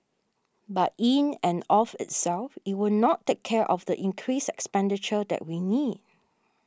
but in and of itself it will not take care of the increased expenditure that we need